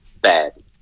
bad